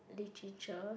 literature